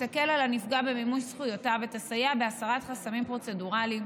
תקל על הנפגע במימוש זכויותיו ותסייע בהסרת חסמים פרוצדורליים,